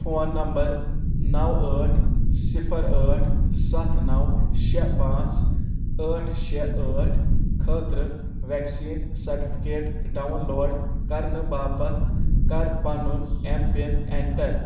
phone number نَو ٲٹھ صِفَر ٲٹھ سَتھ نَو شےٚ پانژھ ٲٹھ شےٚ ٲٹھ خٲطرٕ ویکسیٖن سرٹِفیکیٹ ڈاوُن لوڈ کرنہٕ باپتھ کر پَنُن ایم پِن ایٚنٹر